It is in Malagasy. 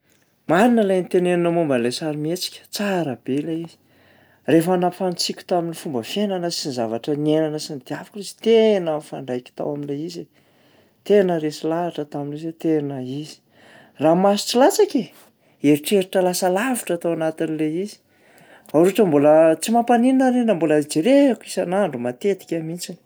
Marina lay noteneninao momban'lay sarimihetsika! Tsara be lay izy. Rehefa nampifanitsiako tamin'ny fomba fiainana sy ny zavatra niainana sy nodiaviko izy tena nifandraiky tao am'lay izy e! Tena resy lahatra tam'lay izy hoe tena izy. Ranamaso tsy latsaka e! Eritreritra lasa lavitra tao anatin'ilay izy. Ary ohatran'ny mbola tsy mampaninona ary iny raha mbola jereko isan'andro matetika mihitsiny.